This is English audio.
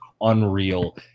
unreal